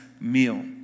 meal